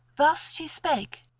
thus she spake,